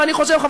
ואני חושב,